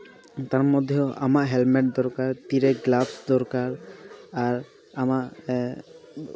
ᱛᱟᱨ ᱢᱚᱫᱽᱫᱷᱮ ᱦᱚᱸ ᱟᱢᱟᱜ ᱦᱮ ᱞᱢᱮ ᱴ ᱫᱚᱨᱠᱟᱨ ᱛᱤᱨᱮ ᱜᱞᱟᱵᱷᱥ ᱫᱚᱨᱠᱟᱨ ᱟᱨ ᱟᱢᱟᱜ ᱮ